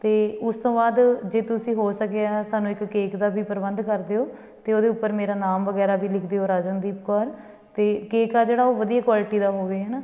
ਅਤੇ ਉਸ ਤੋਂ ਬਾਅਦ ਜੇ ਤੁਸੀਂ ਹੋ ਸਕਿਆ ਸਾਨੂੰ ਇੱਕ ਕੇਕ ਦਾ ਵੀ ਪ੍ਰਬੰਧ ਕਰ ਦਿਓ ਅਤੇ ਉਹਦੇ ਉੱਪਰ ਮੇਰਾ ਨਾਮ ਵਗੈਰਾ ਵੀ ਲਿਖ ਦਿਓ ਰਾਜਨਦੀਪ ਕੌਰ ਅਤੇ ਕੇਕ ਆ ਜਿਹੜਾ ਉਹ ਵਧੀਆ ਕੁਆਲਿਟੀ ਦਾ ਹੋਵੇ ਹੈ ਨਾ